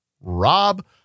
Rob